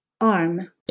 arm